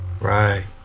Right